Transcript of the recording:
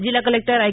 જીલ્લા collector I